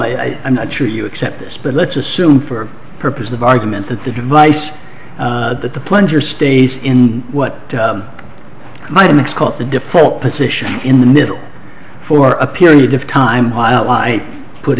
i i'm not sure you accept this but let's assume for purposes of argument that the device that the plunger stays in what my next calls the default position in the middle for a period of time while i put